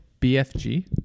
BFG